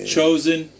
chosen